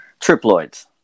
triploids